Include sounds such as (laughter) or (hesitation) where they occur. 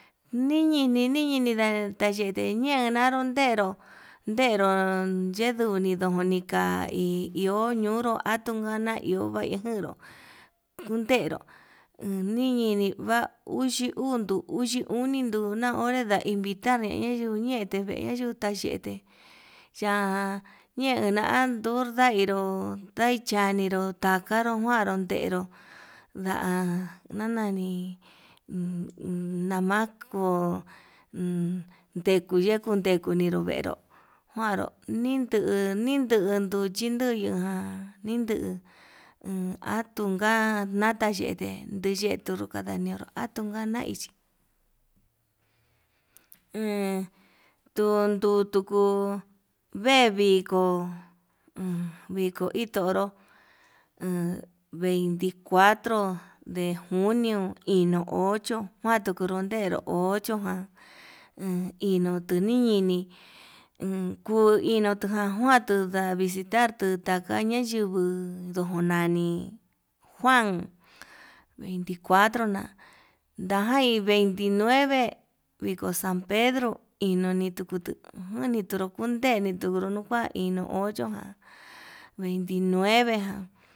Niñi niñi natayete ñedaro yenro, yenro ndeduni nuni ka'a kai iho ñunru atujani iho nai njeró kunderu ini iyinga uxii uu nduu uxi una onré nda invtar ñadayuñe, tevee nakundaxhete ya'a ñeda undañairo ho chaninró takaro kuan, kanro tenro nda'a nadanani un un nama ko'o ndekuyeko ndekunero venró, njuanró nindu nindu chinduyuu ján induu (hesitation) atunka natachete nindu kadanio atuun ndanai hee, (hesitation) tundutu kuu vee viko viko iin toro he veinti cuatro de junio ino'o ocho kuan ndikenuntero, ochojan inuu tunini en kuu inutu ndeka juantu ka'a visitar tuu takaña yunguu ndojo nani, juan veinti cuatro na'a ndajai veinti nueve viko san pedro inuni tukutu njuani tunru kunterutu nduru nuu kua nino ocho ján veinti nueve ján.